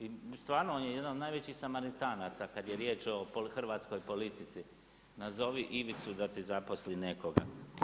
I stvarno on je jedan od najvećih samaritanaca kad je riječ o hrvatskoj politici nazovi Ivicu da ti zaposli nekoga.